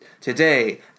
today